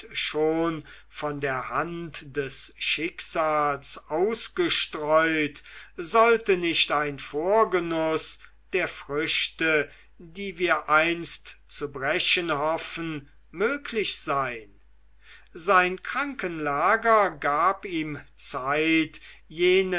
schon von der hand des schicksals ausgestreut sollte nicht ein vorgenuß der früchte die wir einst zu brechen hoffen möglich sein sein krankenlager gab ihm zeit jene